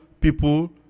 people